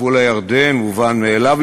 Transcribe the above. גבול הירדן מובן מאליו,